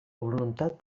voluntat